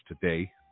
today